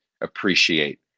appreciate